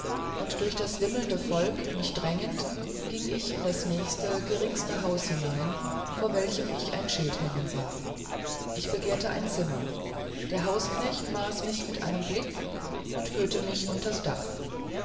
und durch das wimmelnde volk mich drängend ging ich in das nächste geringste haus hinein vor welchem ich ein schild hängen sah ich begehrte ein zimmer der hausknecht maß mich mit einem blick und führte mich unters dach